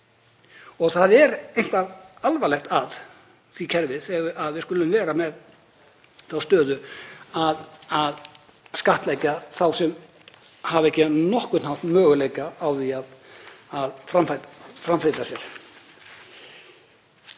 Það er eitthvað alvarlegt að því kerfi að við skulum vera með þá stöðu að skattleggja þá sem hafa ekki á nokkurn hátt möguleika á því að framfleyta sér.